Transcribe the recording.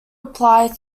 apply